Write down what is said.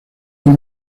fue